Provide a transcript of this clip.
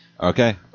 Okay